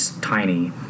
tiny